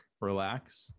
relax